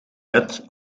bed